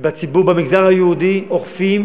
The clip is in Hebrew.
ובמגזר היהודי אוכפים